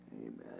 Amen